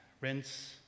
rinse